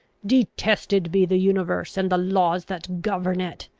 detested be the universe, and the laws that govern it!